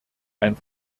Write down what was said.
ein